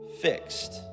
fixed